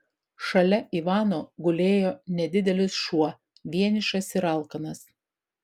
šalia ivano gulėjo nedidelis šuo vienišas ir alkanas